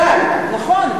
נכון.